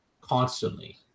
constantly